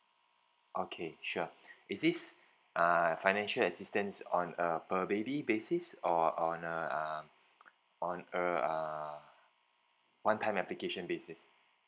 okay sure is this uh financial assistance on a per baby basis or on a uh on a uh one time application basis